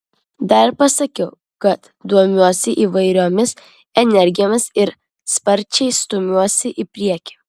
dar pasakiau kad domiuosi įvairiomis energijomis ir sparčiai stumiuosi į priekį